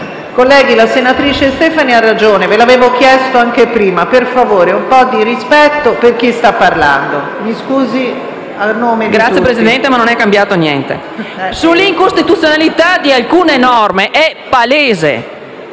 Colleghi, la senatrice Stefani ha ragione, ve l'ho chiesto anche prima: per favore, un po' di rispetto per chi sta parlando. Mi scusi a nome di tutti. STEFANI *(LN-Aut)*. Grazie Presidente, ma non è cambiato niente. L'incostituzionalità di alcune norme è palese;